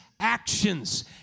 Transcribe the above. actions